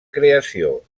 creació